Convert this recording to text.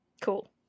Cool